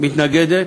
מתנגדת.